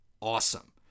awesome